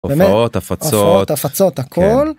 הופעות הפצות הפצות הכל.